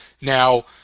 Now